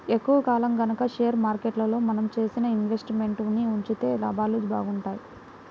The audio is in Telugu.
ఎక్కువ కాలం గనక షేర్ మార్కెట్లో మనం చేసిన ఇన్వెస్ట్ మెంట్స్ ని ఉంచితే లాభాలు బాగుంటాయి